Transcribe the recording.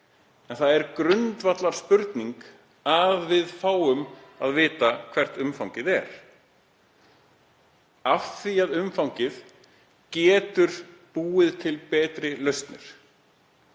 En það er grundvallarspurning að við fáum að vita hvert umfangið er af því að umfangið getur búið til betri lausnir.